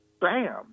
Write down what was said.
bam